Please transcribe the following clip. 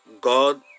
God